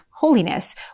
holiness